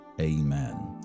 amen